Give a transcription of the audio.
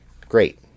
great